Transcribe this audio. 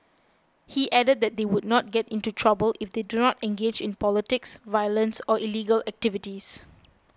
he added that they would not get into trouble if they do not engage in politics violence or illegal activities